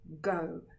go